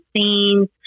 scenes